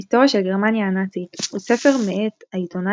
היסטוריה של גרמניה הנאצית הוא ספר מאת העיתונאי